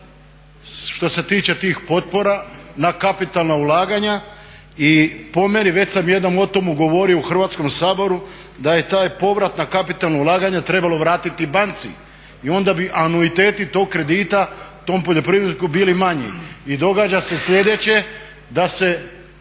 što se tiče tih potpora na kapitalna ulaganja i po meni, već sam jednom o tome govorio u Hrvatskom saboru, da je taj povrat na kapitalna ulaganja trebalo vratiti banci i onda bi anuiteti tog kredita tom poljoprivredniku bili manji. I događa se sljedeće da se